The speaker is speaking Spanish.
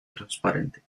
transparente